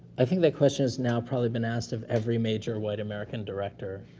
i think, that question has now probably been asked of every major white american director,